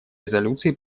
резолюции